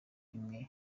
imwe